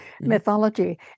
mythology